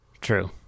True